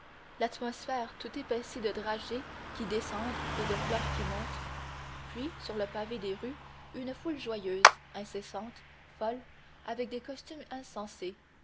l'atmosphère tout épaissie de dragées qui descendent et de fleurs qui montent puis sur le pavé des rues une foule joyeuse incessante folle avec des costumes insensés